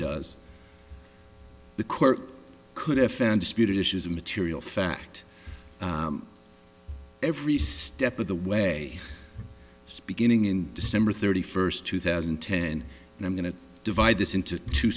does the court could have found disputed issues of material fact every step of the way it's beginning in december thirty first two thousand and ten and i'm going to divide this into two